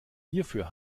hierfür